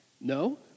No